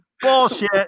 Bullshit